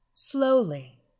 Slowly